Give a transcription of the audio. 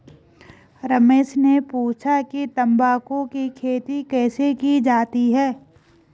रमेश ने पूछा कि तंबाकू की खेती कैसे की जाती है?